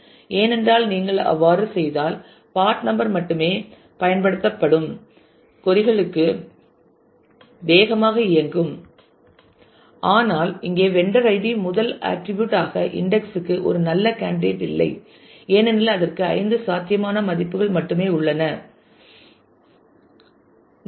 ஏனென்றால் நீங்கள் அவ்வாறு செய்தால் பபார்ட் நம்பர் மட்டுமே பயன்படுத்தப்படும் கொறி களுக்கு வேகமாக இயங்கும் ஆனால் இங்கே வெண்டர் ஐடி முதல் ஆட்டிரிபியூட் ஆக இன்டெக்ஸ் க்கு ஒரு நல்ல கேண்டிடேட் இல்லை ஏனெனில் அதற்கு ஐந்து சாத்தியமான மதிப்புகள் மட்டுமே உள்ளன மதிப்பு